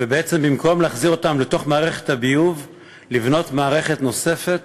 ובעצם במקום להזרים אותם לתוך מערכת הביוב בונים מערכת נוספת